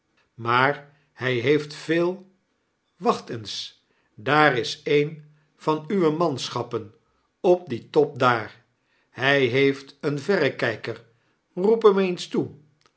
maar hy heeft veel wacht eens daar is een van uwe manschappen op dien top daar hy heeft een verrekiiker roep hem eens toe